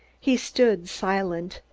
he stood silent,